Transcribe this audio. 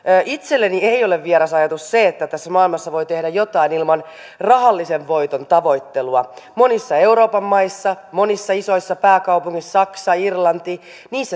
itselleni ei ole vieras ajatus se että tässä maailmassa voi tehdä jotain ilman rahallisen voiton tavoittelua monissa euroopan maissa monissa isoissa pääkaupungeissa saksassa irlannissa